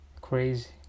crazy